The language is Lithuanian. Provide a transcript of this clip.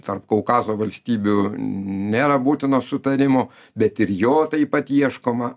tarp kaukazo valstybių nėra būtino sutarimo bet ir jo taip pat ieškoma